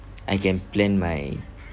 I can plan my